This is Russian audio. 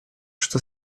что